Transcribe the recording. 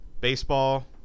Baseball